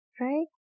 right